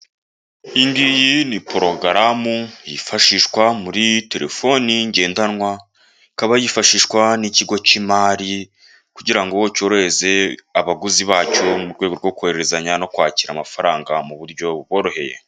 Iyi ngiyi ni porogaramu yifashishwa muri terefoni ngendanwa, ikaba yifashishwa n'ikigo cy'imari kugira ngo cyorohereze abaguzi bacyo mu rwego rwo kohererezanya no kwakira amafaranga mu buryo buboroheye.